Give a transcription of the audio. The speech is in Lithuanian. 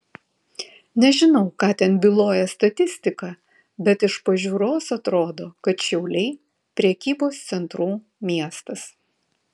nežinau ką ten byloja statistika bet iš pažiūros atrodo kad šiauliai prekybos centrų miestas